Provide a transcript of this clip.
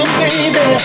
baby